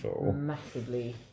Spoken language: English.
massively